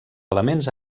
elements